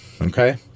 Okay